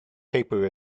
paper